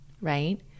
right